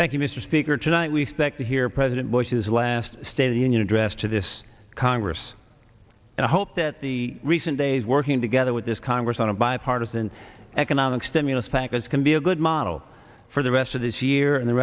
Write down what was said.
thank you mr speaker tonight we expect to hear president bush's last state of the union address to this congress and i hope that the recent days working together with this congress on a bipartisan economic stimulus package can be a good model for the rest of this year and the